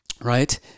Right